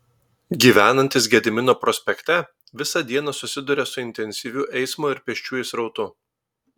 gyvenantys gedimino prospekte visą dieną susiduria su intensyviu eismo ir pėsčiųjų srautu